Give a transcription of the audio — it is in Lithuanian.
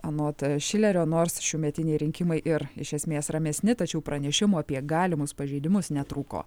anot šilerio nors šiųmetiniai rinkimai ir iš esmės ramesni tačiau pranešimų apie galimus pažeidimus netrūko